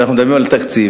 כשאנחנו מדברים על התקציב,